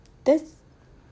that's